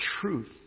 truth